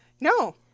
No